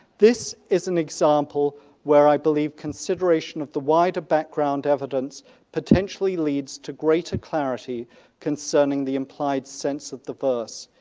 this is an example where i believe consideration of the wider background evidence potentially leads to greater clarity concerning the implied sense of the verse.